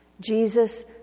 Jesus